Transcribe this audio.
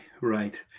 right